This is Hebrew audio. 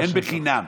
אין בחינם.